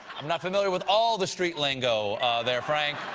i'm not familiar with all the street lingo there, frank.